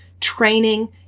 training